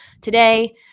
today